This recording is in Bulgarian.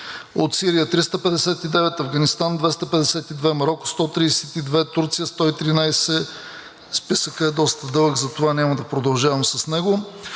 от Сирия – 359, Афганистан – 252, Мароко – 132, Турция – 113, списъкът е доста дълъг, затова няма да продължавам с него.